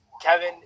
Kevin